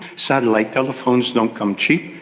satellite telephones don't come cheap,